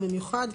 במיוחד,